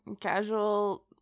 casual